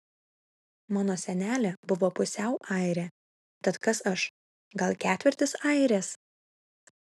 mano senelė buvo pusiau airė tad kas aš gal ketvirtis airės